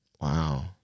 Wow